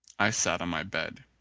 i sat on my bed.